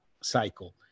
cycle